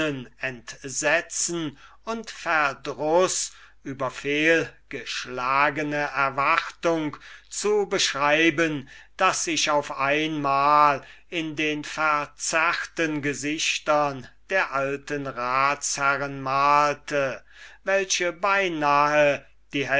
entsetzen und verdruß über fehlgeschlagene erwartung zu beschreiben das sich auf einmal in den verzerrten gesichtern der alten ratsherren malte welche beinahe die